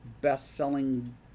best-selling